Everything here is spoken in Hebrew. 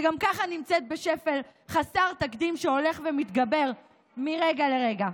שגם כך נמצא בשפל חסר תקדים שהולך ומתגבר מרגע לרגע.